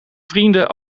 vrienden